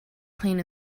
clean